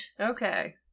Okay